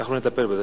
אנחנו נטפל בזה.